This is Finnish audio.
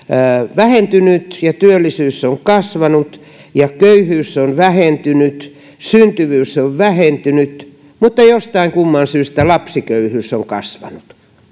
vähentynyt ja työllisyys on kasvanut ja köyhyys on vähentynyt syntyvyys on vähentynyt mutta jostain kumman syystä lapsiköyhyys on kasvanut